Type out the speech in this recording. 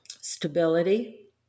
stability